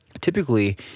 typically